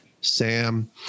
Sam